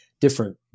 different